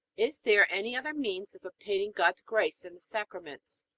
is there any other means of obtaining god's grace than the sacraments?